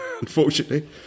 unfortunately